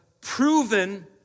proven